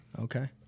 Okay